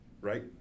right